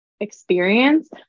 experience